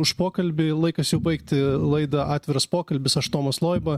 už pokalbį laikas jau baigti laida atviras pokalbis aš tomas loiba